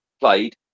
played